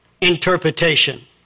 interpretation